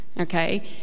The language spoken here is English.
okay